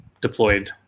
deployed